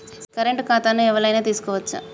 Current ఖాతాను ఎవలైనా తీసుకోవచ్చా?